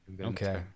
Okay